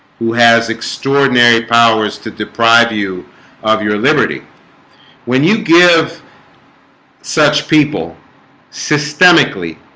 who has? extraordinary powers to deprive you of your liberty when you give such people systemically